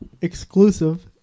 exclusive